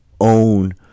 own